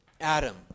Adam